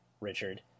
Richard